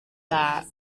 that